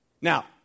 Now